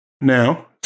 now